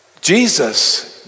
Jesus